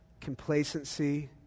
complacency